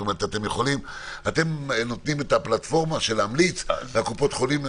זאת אומרת שאתם נותנים את הפלטפורמה של להמליץ לקופות חולים,